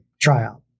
tryout